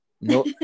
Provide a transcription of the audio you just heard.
No